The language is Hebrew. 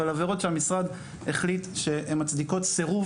אבל עבירות שהמשרד החליט שהן מצדיקות סירוב